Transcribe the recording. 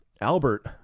Albert